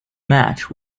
match